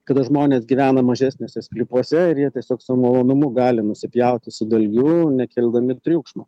kada žmonės gyvena mažesniuose sklypuose ir jie tiesiog su malonumu gali nusipjauti su dalgiu nekeldami triukšmo